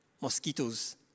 mosquitoes